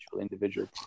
individual